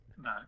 No